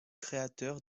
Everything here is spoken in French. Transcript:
créateur